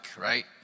right